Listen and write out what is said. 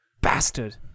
Bastard